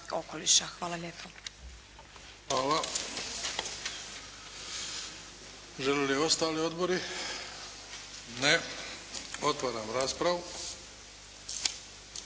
Luka (HDZ)** Hvala. Žele li ostali odbori? Ne. Otvaram raspravu.